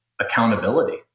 accountability